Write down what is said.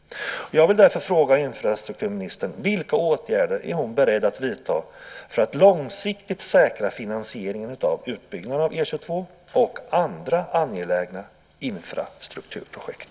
Vilka åtgärder är infrastrukturministern beredd att vidta för att långsiktigt säkra finansieringen av utbyggnaden av E 22 och andra angelägna infrastrukturprojekt?